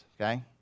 okay